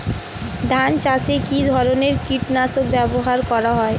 ধান চাষে কী ধরনের কীট নাশক ব্যাবহার করা হয়?